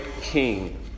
king